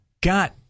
got